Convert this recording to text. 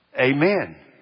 Amen